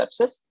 sepsis